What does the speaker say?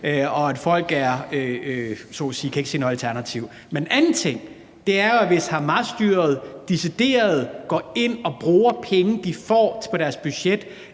sige, ikke kan se noget alternativ. Men en anden ting er, hvis Hamasstyret decideret går ind og bruger penge, som de får på deres budget,